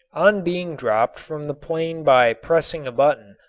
on being dropped from the plane by pressing a button,